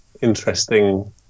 interesting